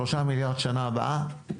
שלושה מיליארד בשנה הבאה.